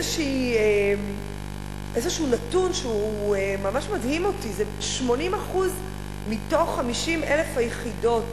איזשהו נתון שממש מדהים אותי: 80% מתוך 50,000 היחידות